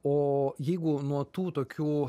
o jeigu nuo tų tokių